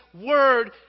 Word